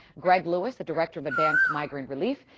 greg lewis, the director of advanced migraine relief,